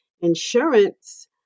insurance